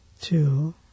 two